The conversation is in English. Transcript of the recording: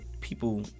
people